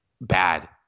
bad